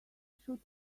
should